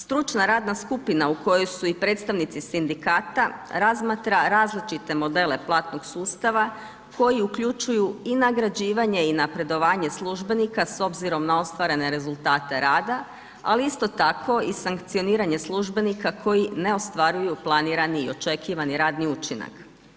Stručna radna skupina u kojoj su i predstavnici sindikata, razmatra različite modele platnog sustava koji uključuju i nagrađivanje i napredovanje službenika s obzirom na ostvarene rezultate rada ali isto tako i sankcioniranje službenika koji ne ostvaruju planirani i očekivani radni učinak.